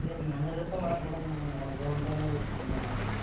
నేను మేనేజర్తో మాట్లాడాలండి నేను లోన్ పని మీద వచ్చాను బ్యాంక్కి